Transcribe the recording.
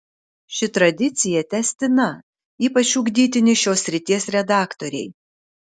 ši tradicija tęstina ypač ugdytini šios srities redaktoriai